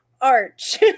arch